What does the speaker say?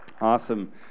Awesome